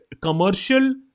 commercial